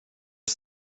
att